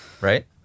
right